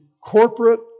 corporate